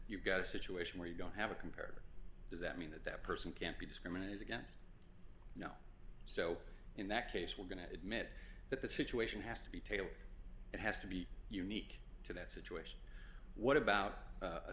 you've got a situation where you don't have a comparable does that mean that that person can't be discriminated against so in that case we're going to admit that the situation has to be tailored it has to be unique to that situation what about